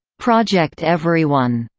project everyone,